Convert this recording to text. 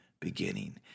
beginning